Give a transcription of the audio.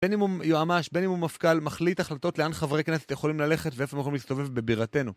בין אם הוא יועמ"ש, בין אם הוא מפכ"ל, מחליט החלטות לאן חברי כנסת יכולים ללכת ואיפה הם יכולים להסתובב בבירתנו.